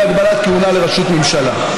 בהגבלת כהונה לראשות ממשלה.